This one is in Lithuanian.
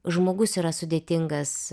žmogus yra sudėtingas